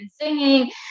singing